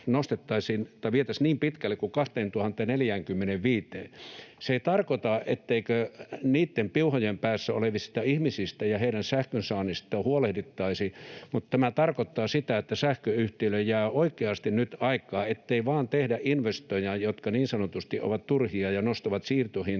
— vietäisiin niin pitkälle kuin 2045:een. Se ei tarkoita, etteikö niitten piuhojen päässä olevista ihmisistä ja heidän sähkönsaannistaan huolehdittaisi, mutta tämä tarkoittaa sitä, että sähköyhtiöille jää oikeasti nyt aikaa niin, ettei vain tehdä investointeja, jotka niin sanotusti ovat turhia ja nostavat siirtohintoja,